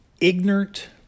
ignorant